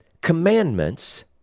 commandments